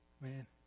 Man